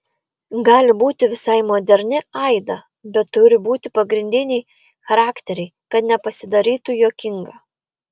gali būti visai moderni aida bet turi būti pagrindiniai charakteriai kad nepasidarytų juokinga